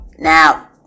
Now